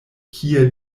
kie